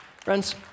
Friends